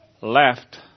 left